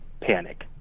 panic